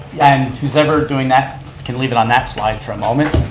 and who's ever doing that can leave it on that slide for a moment.